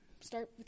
Start